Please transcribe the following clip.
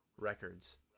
records